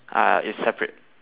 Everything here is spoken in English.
uh it's separate